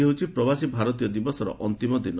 ଆଜି ହେଉଛି ପ୍ରବାସୀ ଭାରତୀୟ ଦିବସର ଅନ୍ତିମ ଦିନ